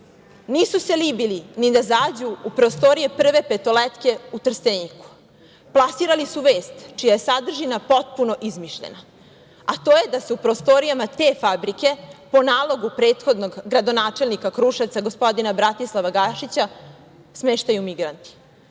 Nisu se libili ni da zađu u prostorije „Prve Petoletke“ u Trsteniku. Plasirali su vest čija je sadržina potpuno izmišljena, a to je da se u prostorijama te fabrike po nalogu prethodnog gradonačelnika Kruševca, gospodina Bratislava Gašića, smeštaju migranti.